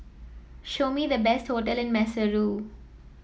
show me the best hotel in Maseru